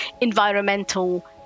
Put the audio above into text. environmental